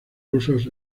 rusos